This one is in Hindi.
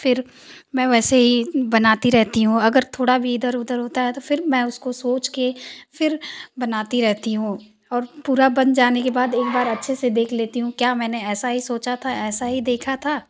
फ़िर मैं वैसे ही बनाती रहती हूँ अगर थोड़ा भी इधर उधर होता है तो फ़िर मैं उसको सोच कर फ़िर बनाती रहती हूँ और पूरा बन जाने के बाद एक बार अच्छे से देख लेती हूँ क्या मैंने ऐसा ही सोचा था ऐसा ही देखा था